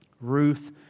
Ruth